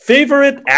Favorite